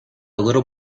little